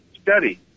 Study